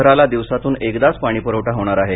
शहराला दिवसातून एकदाच पाणीपुरवठा होणार आहे